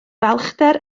balchder